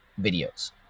videos